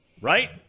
right